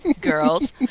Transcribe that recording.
girls